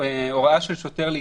להוראה של שוטר להתפזר,